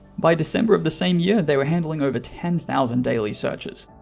by december of the same year they were handling over ten thousand daily searches,